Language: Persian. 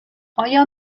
آیا